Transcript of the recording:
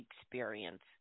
experience